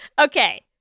Okay